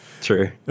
True